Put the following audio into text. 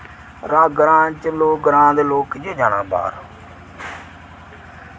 ग्रां च लोक ग्रां दे लोक कि'यां जाना बाह्र